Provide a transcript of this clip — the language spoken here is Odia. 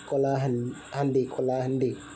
କଳାହାଣ୍ଡି କଳାହାଣ୍ଡି